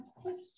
question